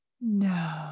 No